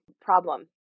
problem